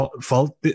fault